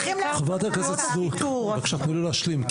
חברת הכנסת סטרוק, בבקשה תני לו להשלים.